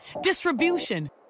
distribution